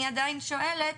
אני עדיין שואלת